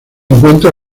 encuentra